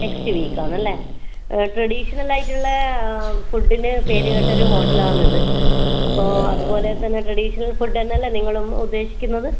next വീക്കാണ് അല്ലേ traditional ആയിട്ട് ഉള്ള ഫുഡിന് പേര് കേട്ട ഒരു ഹോട്ടൽ ആണ് ഇത് അപ്പോൾ അത് പോലെ തന്നെ ട്രഡീഷണൽ ഫുഡ്ഡ് തന്നെയല്ലേ നിങ്ങളും ഉദ്ദേശിക്കുന്നത്